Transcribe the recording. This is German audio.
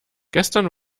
gestern